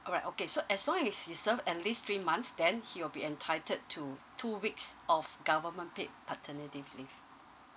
alright okay so as long as you serve at least three months then he will be entitled to two weeks of government paid paternity leave